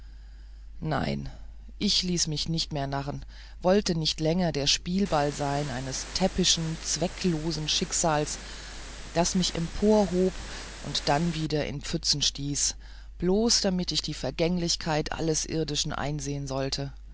nein ich ließ mich nicht mehr narren wollte nicht länger der spielball sein eines täppischen zwecklosen schicksals das mich emporhob und dann wieder in pfützen stieß bloß damit ich die vergänglichkeit alles irdischen einsehen sollte